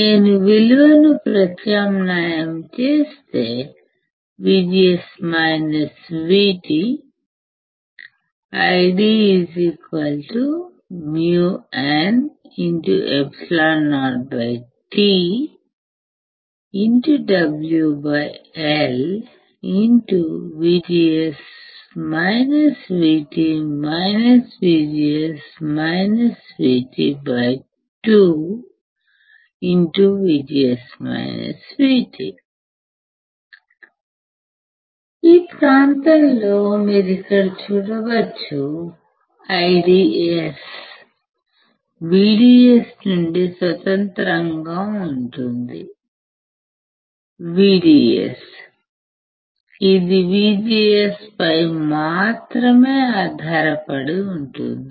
నేను విలువను ప్రత్యామ్నాయం చేస్తే VGS VT IDµnεotoWLVGS VT VGS VT 2 ఈ ప్రాంతంలో మీరు ఇక్కడ చూడవచ్చు IDS VDS నుండి స్వతంత్రంగా ఉంటుంది VDS ఇది VGS పై మాత్రమే ఆధారపడి ఉంటుంది